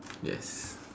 yes